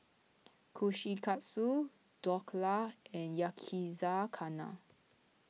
Kushikatsu Dhokla and Yakizakana